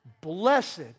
Blessed